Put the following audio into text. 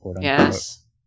Yes